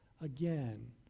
again